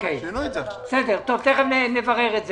תיכף נברר את זה.